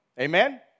Amen